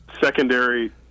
Secondary